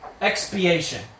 Expiation